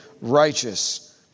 righteous